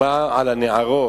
"ומה על הנערות,